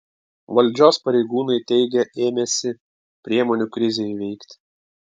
valdžios pareigūnai teigia ėmęsi priemonių krizei įveikti